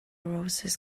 roses